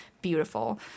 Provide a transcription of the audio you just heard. beautiful